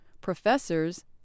professors